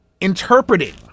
interpreting